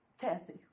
Kathy